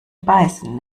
beißen